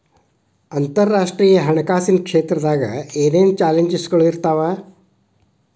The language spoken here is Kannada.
ಅಂತರರಾಷ್ಟ್ರೇಯ ಹಣಕಾಸಿನ್ ಕ್ಷೇತ್ರದಾಗ ಏನೇನ್ ಚಾಲೆಂಜಸ್ಗಳ ಇರ್ತಾವ